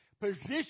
Position